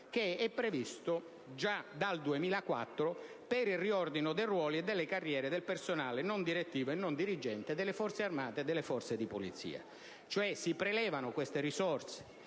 fondo previsto già dal 2004 per il riordino dei ruoli e delle carriere del personale non direttivo e non dirigente delle Forze armate e delle Forze di polizia. Si prelevano, cioè, risorse